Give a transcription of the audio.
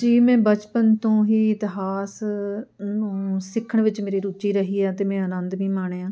ਜੀ ਮੈਂ ਬਚਪਨ ਤੋਂ ਹੀ ਇਤਿਹਾਸ ਨੂੰ ਸਿੱਖਣ ਵਿੱਚ ਮੇਰੀ ਰੁਚੀ ਰਹੀ ਹੈ ਅਤੇ ਮੈਂ ਆਨੰਦ ਵੀ ਮਾਣਿਆ